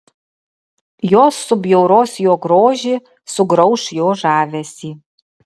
jos subjauros jo grožį sugrauš jo žavesį